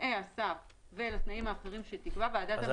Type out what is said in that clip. לתנאי הסף ולתנאים האחרים שתקבע ועדת המכרזים.